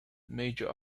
major